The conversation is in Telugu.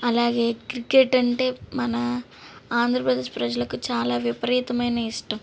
అలాగే క్రికెట్ అంటే మన ఆంధ్రప్రదేశ్ ప్రజలకు చాలా విపరీతమైన ఇష్టం